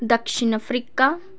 Dakshin Africa